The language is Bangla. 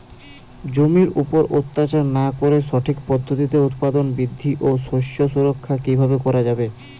জমির উপর অত্যাচার না করে সঠিক পদ্ধতিতে উৎপাদন বৃদ্ধি ও শস্য সুরক্ষা কীভাবে করা যাবে?